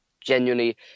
genuinely